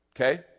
okay